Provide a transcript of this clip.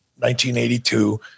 1982